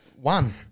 One